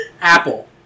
Apple